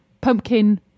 pumpkin